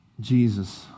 Jesus